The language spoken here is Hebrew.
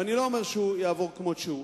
ואני לא אומר שהוא יעבור כמו שהוא,